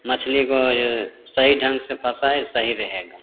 मछली को ये सही ढंग से फसाए सही रहेगा